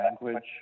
language